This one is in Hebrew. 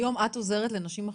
היום את עוזרת לנשים אחרות?